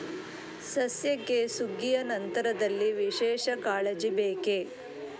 ಸಸ್ಯಕ್ಕೆ ಸುಗ್ಗಿಯ ನಂತರದಲ್ಲಿ ವಿಶೇಷ ಕಾಳಜಿ ಬೇಕೇ?